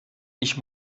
ich